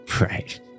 Right